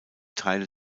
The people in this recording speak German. teile